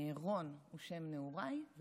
רון הוא שם נעוריי,